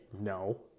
No